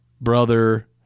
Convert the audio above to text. brother